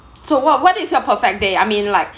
so what what is your perfect day I mean like